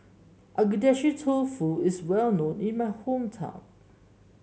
Agedashi Dofu is well known in my hometown